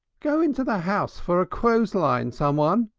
go in so the house for a clothes line someone!